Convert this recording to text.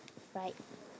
right